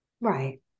right